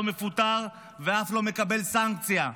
לא מפוטר ואף לא מקבל סנקציה,